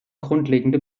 grundlegende